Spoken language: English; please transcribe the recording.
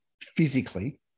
physically